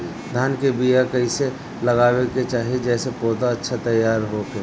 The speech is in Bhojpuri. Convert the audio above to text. धान के बीया कइसे लगावे के चाही जेसे पौधा अच्छा तैयार होखे?